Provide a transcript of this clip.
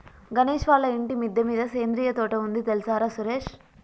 గణేష్ వాళ్ళ ఇంటి మిద్దె మీద సేంద్రియ తోట ఉంది తెల్సార సురేష్